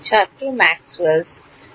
ছাত্র ম্যাক্সওয়েলসMaxwell's